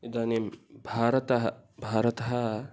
इदानीं भारतः भारतः